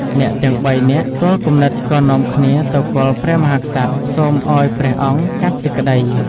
អ្នកទាំងបីនាក់ទាល់គំនិត ក៏នាំគ្នាទៅគាល់ព្រះមហាក្សត្រ សូមឱ្យព្រះអង្គកាត់សេចក្តី។